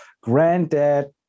granddad